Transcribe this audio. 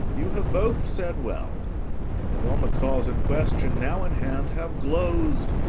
you have both said well and on the cause and question now in hand have gloz'd,